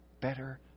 better